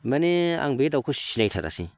माने बे दाउखौ सिनायथारासै